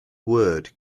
word